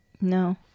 No